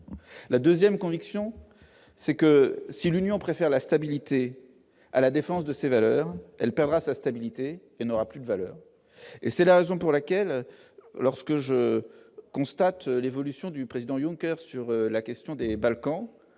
la 2ème conviction c'est que si l'Union préfère la stabilité à la défense de ses valeurs, elle perdra sa stabilité et n'aura plus de valeur et c'est la raison pour laquelle lorsque je constate l'évolution du président Junker sur la question des Balkans,